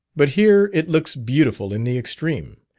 but here it looks beautiful in the extreme,